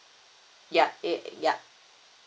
ya it ya